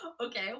Okay